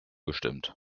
gestimmt